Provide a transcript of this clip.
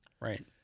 Right